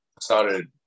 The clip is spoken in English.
started